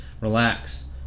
relax